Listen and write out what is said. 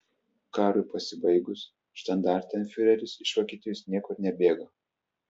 karui pasibaigus štandartenfiureris iš vokietijos niekur nebėgo